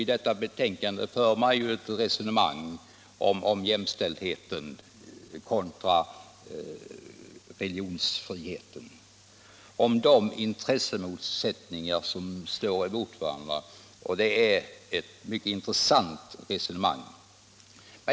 I detta betänkande förs ett resonemang om jämställdheten och religionsfriheten, om de intressemotsättningar som står emot varandra, och det är ett mycket intressant resonemang.